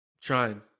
Trying